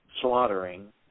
slaughtering